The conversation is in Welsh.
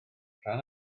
rhan